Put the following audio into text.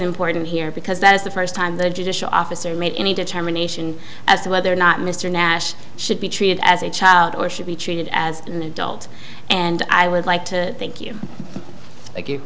important here because that is the first time the judicial officer made any determination as to whether or not mr nash should be treated as a child or should be treated as an adult and i would like to thank you